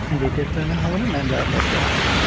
digital payment হ'বনে নাইবা cash হ'ব